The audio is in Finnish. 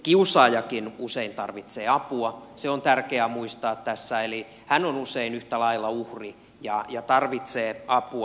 kiusaajakin usein tarvitsee apua se on tärkeä muistaa tässä eli hän on usein yhtä lailla uhri ja tarvitsee apua